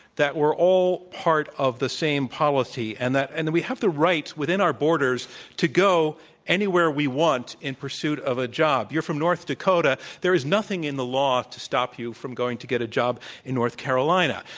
that we're all part of the same polity and that and we have the rights within our borders to go anywhere we want in pursuit of a job. you're from north dakota, there is nothing in the law to stop you from going to get a job in north carolina.